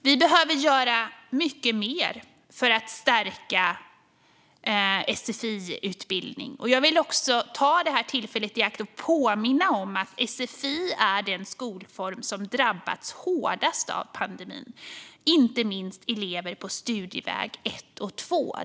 Vi behöver göra mycket mer för att stärka sfi-utbildningen. Jag vill också ta detta tillfälle i akt att påminna om att sfi är den skolform som drabbats hårdast av pandemin, inte minst elever på studieväg 1 och 2.